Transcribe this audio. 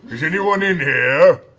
is anyone in here?